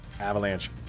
Avalanche